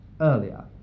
earlier